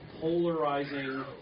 polarizing